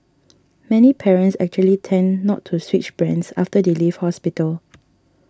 many parents actually tend not to switch brands after they leave hospital